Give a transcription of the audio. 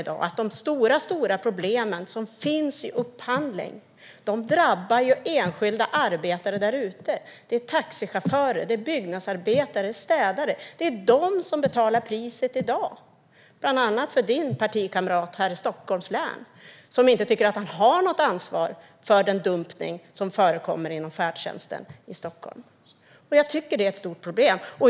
De stora problem som finns i upphandlingen drabbar i dag enskilda arbetare. Det är taxichaufförer, byggnadsarbetare och städare som betalar priset i dag, bland annat för att din partikamrat här i Stockholms län inte tycker att han har något ansvar för den dumpning som förekommer inom färdtjänsten i Stockholm. Jag tycker för min del att det är ett stort problem.